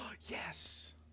yes